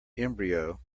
embryo